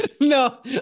No